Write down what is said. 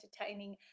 entertaining